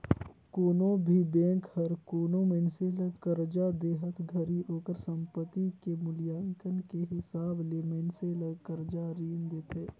कोनो भी बेंक हर कोनो मइनसे ल करजा देहत घरी ओकर संपति के मूल्यांकन के हिसाब ले मइनसे ल करजा रीन देथे